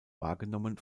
wahrgenommen